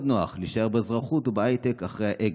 נח להישאר באזרחות ובהייטק אחרי האקזיט.